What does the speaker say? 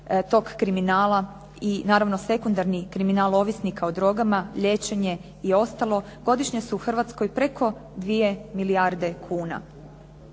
tog kriminala i naravno sekundarni kriminal ovisnika o drogama, liječenje i ostalo godišnje se u Hrvatskoj preko 2 milijarde kuna.